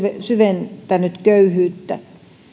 syventänyt köyhyyttä